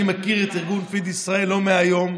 אני מכיר את ארגון פיד ישראל לא מהיום,